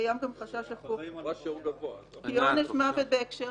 קיים גם חשש הפוך כי עונש מוות בהקשר